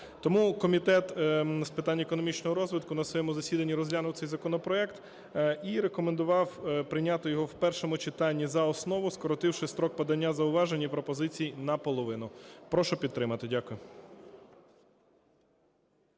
Тому Комітет з питань економічного розвитку на своєму засіданні розглянув цей законопроект і рекомендував прийняти його в першому читанні за основу, скоротивши строк подання зауважень і пропозицій наполовину. Прошу підтримати. Дякую.